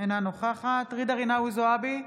אינה נוכחת ג'ידא רינאוי זועבי,